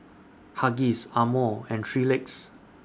Huggies Amore and three Legs